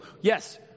yes